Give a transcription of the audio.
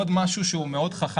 עוד משהו חכם,